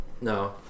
No